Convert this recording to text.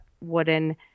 wooden